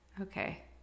okay